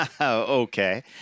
Okay